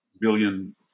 billion